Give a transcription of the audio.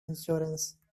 insurance